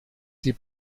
sie